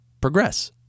progress